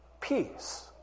peace